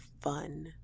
fun